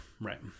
right